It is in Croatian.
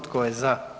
Tko je za?